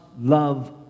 love